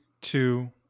two